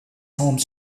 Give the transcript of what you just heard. home